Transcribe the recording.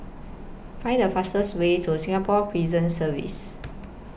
Find The fastest Way to Singapore Prison Service